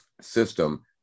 system